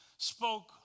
spoke